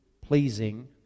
pleasing